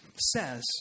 says